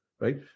right